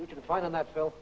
you can find on that cel